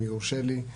אם יורשה לי,